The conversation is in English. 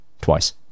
Twice